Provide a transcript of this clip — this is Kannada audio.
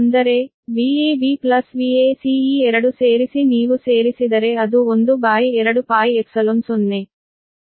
ಅಂದರೆ Vab Vac ಈ 2 ಸೇರಿಸಿ ನೀವು ಸೇರಿಸಿದರೆ ಅದು 12πε0